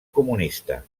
comunista